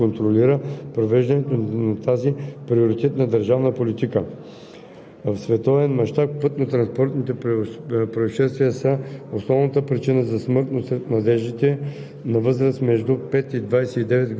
и препоръките на международните институции, определящи като важен фактор за успех наличието на координационно звено, което да разработва, координира и контролира провеждането на тази приоритетна държавна политика.